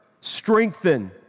strengthen